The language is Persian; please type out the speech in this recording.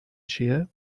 چیه